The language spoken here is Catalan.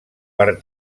per